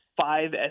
five